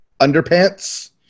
underpants